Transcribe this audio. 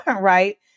right